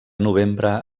novembre